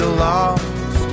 lost